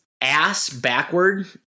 ass-backward